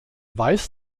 weiß